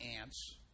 ants